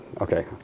Okay